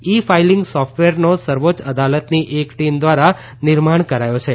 ઇ filing સોફટવેરનો સર્વોચ્ય અદાલતની એક ટીમ દ્વારા નિર્માણ કરાયો છે